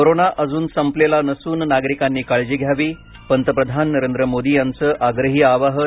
corona अजून संपलेला नसून नागरिकांनी काळजी घ्यावी पंतप्रधान नरेंद्र मोदी यांचं आग्रही आवाहन